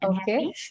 Okay